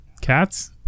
cats